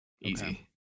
Easy